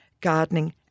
gardening